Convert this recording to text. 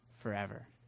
forever